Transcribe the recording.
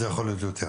וזה יכול להיות יותר.